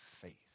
faith